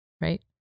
Right